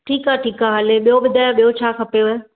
ठीक ठीक आहे हले ॿियो ॿुधायो ॿियो छा खपेव